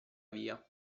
via